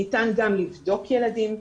ניתן גם לבדוק ילדים.